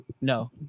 No